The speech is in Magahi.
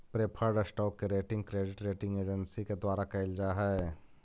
प्रेफर्ड स्टॉक के रेटिंग क्रेडिट रेटिंग एजेंसी के द्वारा कैल जा हइ